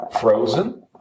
Frozen